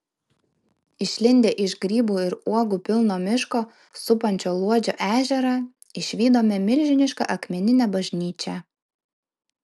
išlindę iš grybų ir uogų pilno miško supančio luodžio ežerą išvydome milžinišką akmeninę bažnyčią